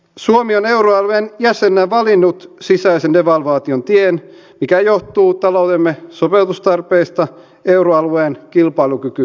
suomi on euroalueen jäsenenä valinnut sisäisen devalvaation tien mikä johtuu taloutemme sopeutustarpeista euroalueen kilpailukykyvaatimuksiin